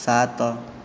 ସାତ